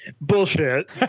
Bullshit